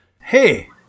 Hey